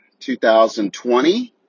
2020